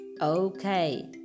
Okay